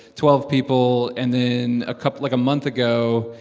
twelve people. and then a couple like, a month ago,